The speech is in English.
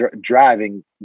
driving